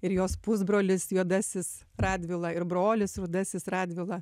ir jos pusbrolis juodasis radvila ir brolis rudasis radvila